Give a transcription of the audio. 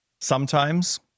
Sometimes-